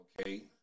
okay